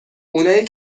اونایی